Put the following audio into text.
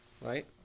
Right